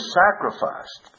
sacrificed